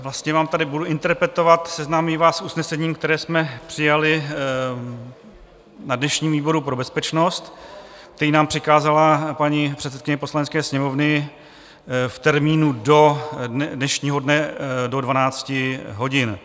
Budu vám tady interpretovat, seznámím vás s usnesením, které jsme přijali na dnešním výboru pro bezpečnost, které nám přikázala paní předsedkyně Poslanecké sněmovny v termínu do dnešního dne do 12 hodin.